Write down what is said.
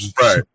Right